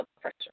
pressure